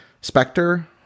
Spectre